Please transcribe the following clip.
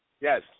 Yes